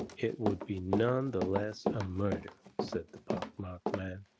it would be none the less a murder, said the pock-marked man,